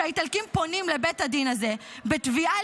שהאיטלקים פונים לבית הדין הזה בתביעה